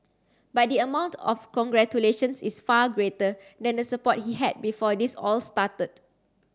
but the amount of congratulations is far greater than the support he had before this all started